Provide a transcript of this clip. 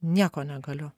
nieko negaliu